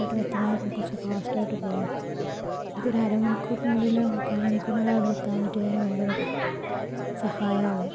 ചേട്ടാ എത്രയും പെട്ടന്ന് കുറച്ച് ഫാസ്റ്റ് ആയിട്ട് പോകുവോ എനിക്ക് ഒരു അര മണിക്കുറിനുള്ളിലോ മുക്കാൽ മണിക്കുറിനുള്ളിലോ അവിടെ എത്താൻ പറ്റിയാൽ ഭയങ്കര ഇതാ സഹായാവും